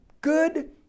good